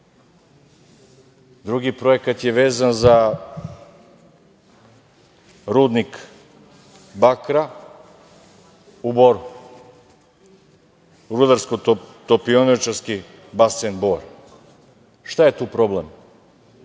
drugi projekat je vezan za rudnik bakra u Boru, u Rudarsko-topioničarski basen Bor. Šta je tu problem?